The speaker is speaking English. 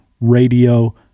radio